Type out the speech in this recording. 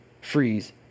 freeze